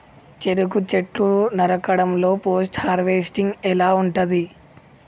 చెరుకు చెట్లు నరకడం లో పోస్ట్ హార్వెస్టింగ్ ఎలా ఉంటది?